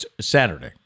Saturday